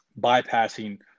bypassing